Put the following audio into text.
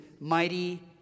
mighty